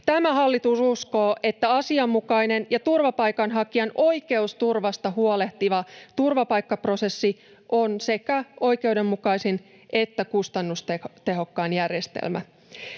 Tämä hallitus uskoo, että asianmukainen ja turvapaikanhakijan oikeusturvasta huolehtiva turvapaikkaprosessi on sekä oikeudenmukaisin että kustannustehokkain järjestelmä.